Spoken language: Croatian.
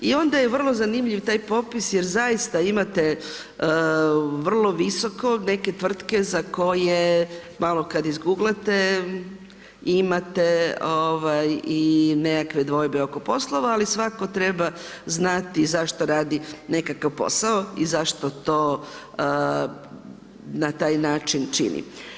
I onda je vrlo zanimljiv taj popis jer zaista imate vrlo visoko neke tvrtke za koje malo kada izguglate imate i nekakve dvojbe oko poslova ali svakako treba znati zašto radi nekakav posao i zašto to na taj način čini.